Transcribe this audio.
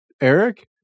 Eric